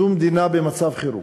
זו מדינה במצב חירום.